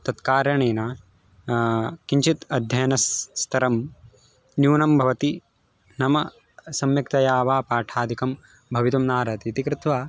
तत् कारणेन किञ्चित् अध्ययनस्तरं न्यूनं भवति नाम सम्यक्तया वा पाठादिकं भवितुं न अर्हति इति कृत्वा